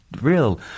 real